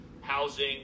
housing